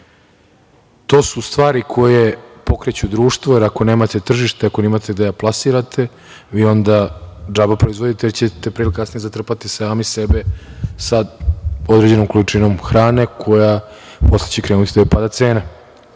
su stvari koje pokreću društvo, jer ako nemate tržište, ako nemate gde da plasirate vi ona džaba proizvodite, jer ćete pre ili kasnije zatrpati sami sebe sa određenom količinom hrane kojoj će posle krenuti da opada cena. Ono